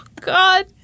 God